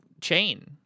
chain